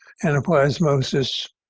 anaplasmosis,